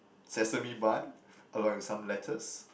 sesame bun along with some lettuce